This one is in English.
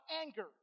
anger